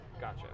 gotcha